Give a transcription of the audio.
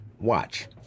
Watch